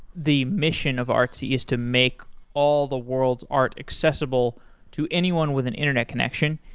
the mission of artsy is to make all the world's art accessible to anyone with an internet connection.